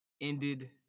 ended